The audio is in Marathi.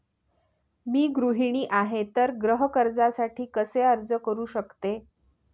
मी गृहिणी आहे तर गृह कर्जासाठी कसे अर्ज करू शकते?